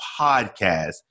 podcast